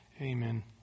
Amen